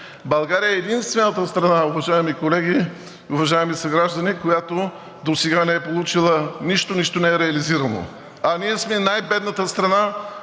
България е единствената страна, уважаеми колеги и уважаеми съграждани, която досега не е получила нищо и нищо не е реализирано. А ние сме най-бедната страна